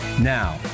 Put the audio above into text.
Now